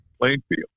Plainfield